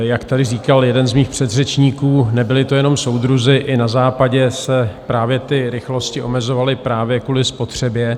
Jak tady říkal jeden z mých předřečníků, nebyli to jenom soudruzi, i na Západě se ty rychlosti omezovaly právě kvůli spotřebě.